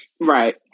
right